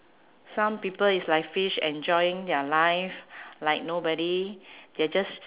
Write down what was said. some people is like fish enjoying their life like nobody they're just